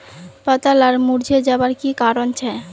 पत्ता लार मुरझे जवार की कारण छे?